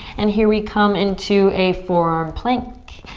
and here we come into a forearm plank.